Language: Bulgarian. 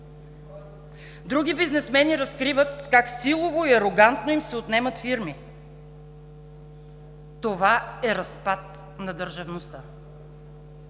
Други бизнесмени разкриват как силово и арогантно им се отнемат фирмите. Това е разпад на държавността